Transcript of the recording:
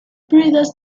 breeders